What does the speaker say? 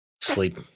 sleep